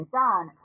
done